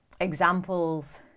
examples